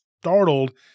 startled